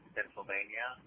Pennsylvania